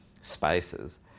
spaces